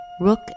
Rook